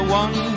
one